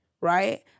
right